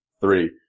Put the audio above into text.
three